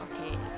Okay